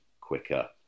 quicker